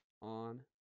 on